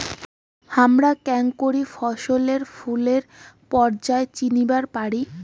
হামরা কেঙকরি ফছলে ফুলের পর্যায় চিনিবার পারি?